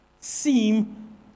seem